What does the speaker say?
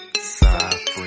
Side